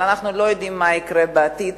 אבל אנחנו לא יודעים מה יקרה בעתיד,